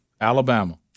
Alabama